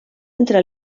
entre